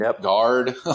guard